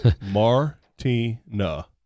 Martina